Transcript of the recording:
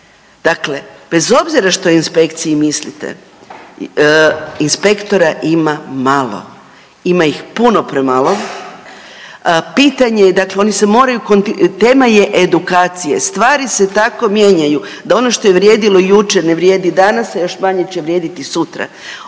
Dakle bez obzira što o inspekciji mislite, inspektora ima malo. Ima ih puno premalo, pitanje je, dakle, oni se moraju .../nerazumljivo/..., tema je edukacije, stvari se tako mijenjaju da ono što je vrijedilo jučer, ne vrijedi danas, a još manje će vrijediti sutra.